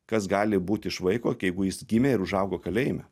kas gali būti iš vaiko jeigu jis gimė ir užaugo kalėjime